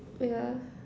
yeah